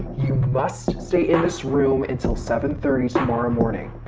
must stay in this room until seven thirty tomorrow morning.